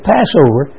Passover